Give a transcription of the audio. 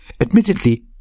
Admittedly